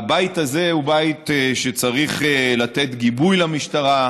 הבית הזה הוא בית שצריך לתת גיבוי למשטרה,